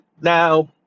Now